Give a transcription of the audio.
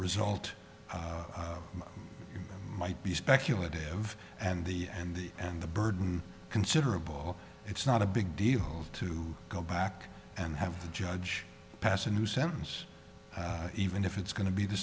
result might be speculative and the and the and the burden considerable it's not a big deal to go back and have the judge pass a new sentence even if it's going to be the